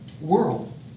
world